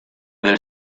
del